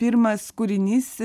pirmas kūrinys